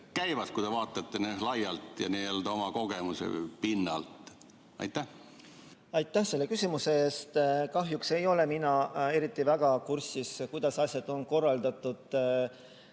käivad, kui te vaatate laialt ja oma kogemuse pinnalt? Aitäh selle küsimuse eest! Kahjuks ei ole mina eriti kursis, kuidas on asjad korraldatud